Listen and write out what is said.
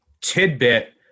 tidbit